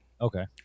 Okay